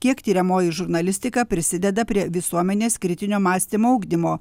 kiek tiriamoji žurnalistika prisideda prie visuomenės kritinio mąstymo ugdymo